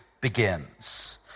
begins